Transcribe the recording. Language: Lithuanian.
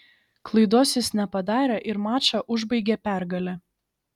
klaidos jis nepadarė ir mačą užbaigė pergale